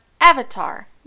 Avatar